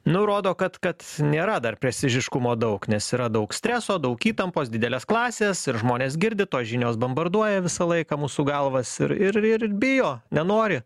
nu rodo kad kad nėra dar prestižiškumo daug nes yra daug streso daug įtampos didelės klasės ir žmonės girdi tos žinios bambarduoja visą laiką mūsų galvas ir ir ir bijo nenori